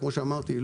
כפי שאמרתי,